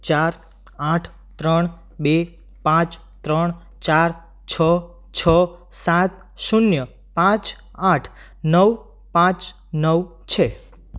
ચાર આઠ ત્રણ બે પાંચ ત્રણ ચાર છ છ સાત શૂન્ય પાંચ આઠ નવ પાંચ નવ છે